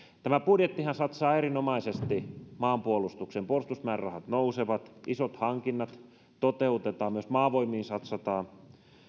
tämä budjettihan satsaa erinomaisesti maanpuolustukseen puolustusmäärärahat nousevat isot hankinnat toteutetaan myös maavoimiin satsataan